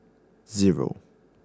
zero